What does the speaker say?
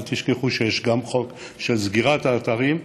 אל תשכחו שיש גם חוק של סגירת האתרים.